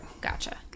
Gotcha